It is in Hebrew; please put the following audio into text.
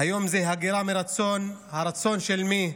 היום זו הגירה מרצון, הרצון של מי?